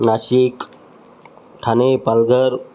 Nashik Thane Palghar